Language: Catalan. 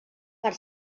per